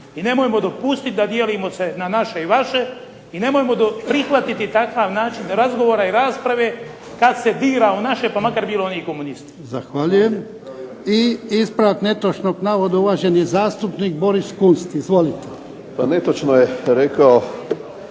i nemojmo dopustiti da dijelimo se na naše i vaše, i nemojmo prihvatiti takav način razgovora i rasprave kad se dira u naše pa makar bili oni i komunisti. **Jarnjak, Ivan (HDZ)** Zahvaljujem. I ispravak netočnog navoda, uvaženi zastupnik Boris Kunst. Izvolite. **Kunst, Boris